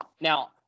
Now